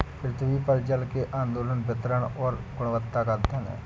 पृथ्वी पर जल के आंदोलन वितरण और गुणवत्ता का अध्ययन है